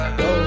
go